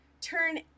turn